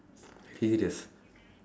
religious